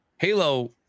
Halo